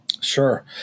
Sure